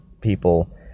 people